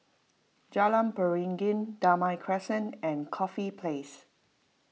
Jalan Beringin Damai Crescent and Corfe Place